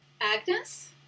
Agnes